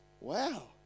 Wow